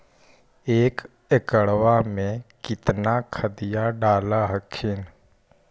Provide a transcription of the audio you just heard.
एक एकड़बा मे कितना खदिया डाल हखिन?